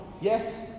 yes